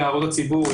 להערות הציבור,